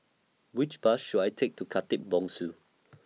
Which Bus should I Take to Khatib Bongsu